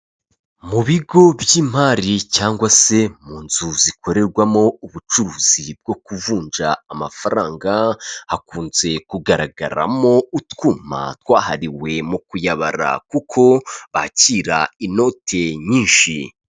Mu bigo by'imari cyangwag se mu nzu zikorerwamo ubucuruzi bwo kuvunja amafaranga, hakunze kugaragaramo utwuma twahariwe mu kuyabara kuko bakira inote nyinshi.